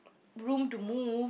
room to move